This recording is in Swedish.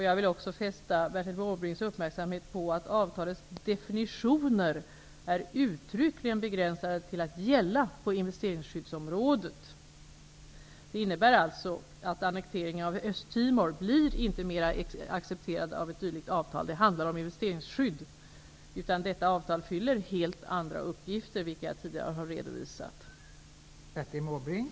Jag vill också fästa Bertil Måbrinks uppmärksamhet på att avtalets definitioner uttryckligen är begränsade till att gälla på investeringsskyddsområdet. Det innebär alltså att annekteringen av Östtimor inte blir mera accentuerad genom ett dylikt avtal. Det handlar om ett investeringsskydd. Avtalet fyller alltså, som jag tidigare redovisat, helt andra uppgifter.